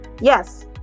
Yes